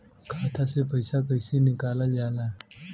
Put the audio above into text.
खाता से पैसा कइसे निकालल जाला?